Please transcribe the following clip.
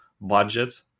budget